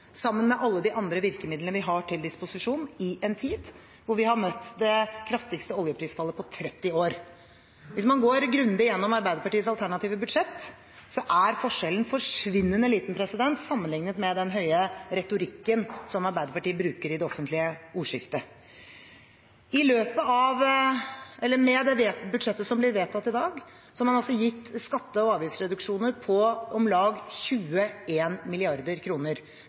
sammen med alle de andre virkemidlene vi har til disposisjon, i en tid da vi har møtt det kraftigste oljeprisfallet på 30 år. Hvis man går grundig gjennom Arbeiderpartiets alternative budsjett, er forskjellen forsvinnende liten sammenlignet med den høye retorikken som Arbeiderpartiet bruker i det offentlige ordskiftet. Med det budsjettet som blir vedtatt i dag, har man gitt skatte- og avgiftsreduksjoner på om lag